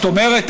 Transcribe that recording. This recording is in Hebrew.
זאת אומרת,